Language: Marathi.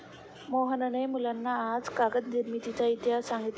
मोहनने मुलांना आज कागद निर्मितीचा इतिहास सांगितला